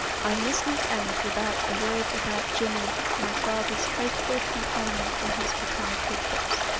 i must not end without a word about jimmy, my father's faithful companion in his botanical trips.